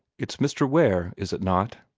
it's mr. ware, is it not?